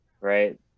right